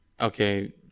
okay